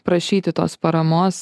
prašyti tos paramos